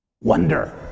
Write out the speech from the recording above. wonder